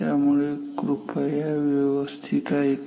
त्यामुळे कृपया याला व्यवस्थित ऐका